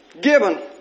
given